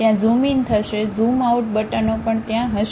ત્યાં zoom in થશે zoom out બટનો પણ ત્યાં હશે